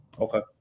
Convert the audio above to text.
Okay